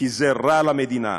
כי זה רע למדינה.